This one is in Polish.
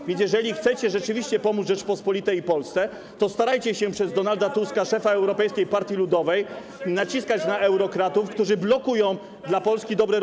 A więc jeżeli chcecie rzeczywiście pomóc Rzeczypospolitej Polskiej, to starajcie się przez Donalda Tuska, szefa Europejskiej Partii Ludowej, naciskać na eurokratów, którzy blokują dobre dla Polski rozwiązania.